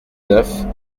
neuf